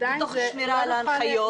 תוך שמירה על ההנחיות.